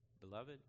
beloved